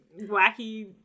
wacky